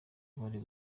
bari